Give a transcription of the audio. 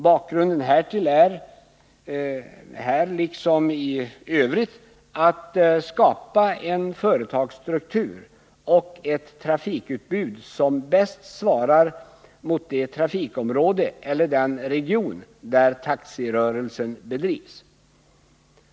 Bakgrunden härtill är liksom i övrigt att skapa en företagsstruktur och ett trafikutbud som bäst svarar mot det trafikområde eller den region där taxirörelsen bedrivs.